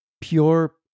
pure